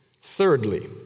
Thirdly